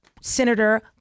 Senator